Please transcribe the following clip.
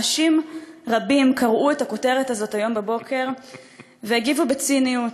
אנשים רבים קראו את הכותרת הזאת הבוקר והגיבו בציניות,